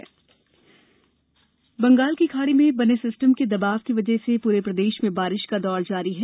मौसम बंगाल की खाड़ी में बने सिस्टम के दबाव की वजह से पूरे प्रदेश में बारिश का दौर जारी है